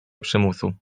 przymusu